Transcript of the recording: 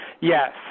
Yes